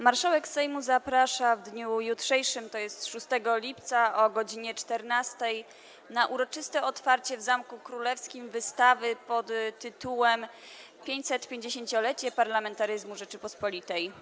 Marszałek Sejmu zaprasza w dniu jutrzejszym, tj. 6 lipca, o godz. 14 na uroczyste otwarcie w Zamku Królewskim wystawy pt. „550-lecie Parlamentaryzmu Rzeczypospolitej”